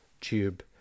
tube